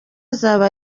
azaba